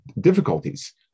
difficulties